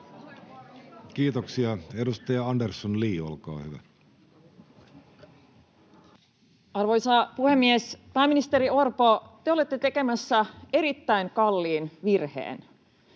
Kiitoksia. — Edustaja Andersson, Li, olkaa hyvä. Arvoisa puhemies! Pääministeri Orpo, te olette tekemässä erittäin kalliin virheen.